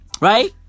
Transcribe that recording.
Right